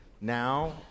Now